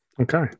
Okay